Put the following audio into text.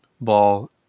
Ball